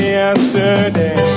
yesterday